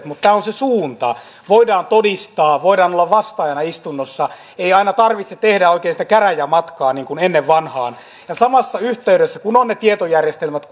mutta tämä on se suunta voidaan todistaa voidaan olla vastaajana istunnossa ei aina tarvitse tehdä oikein sitä käräjämatkaa niin kuin ennen vanhaan ja samassa yhteydessä kun on ne tietojärjestelmät